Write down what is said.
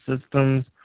systems